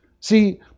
See